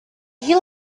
you